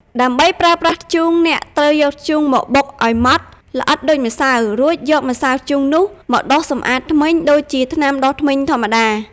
ដើម្បីប្រើប្រាស់ធ្យូង អ្នកត្រូវយកធ្យូងមកបុកឲ្យម៉ដ្ឋល្អិតដូចម្សៅ រួចយកម្សៅធ្យូងនោះមកដុសសម្អាតធ្មេញដូចជាថ្នាំដុសធ្មេញធម្មតា។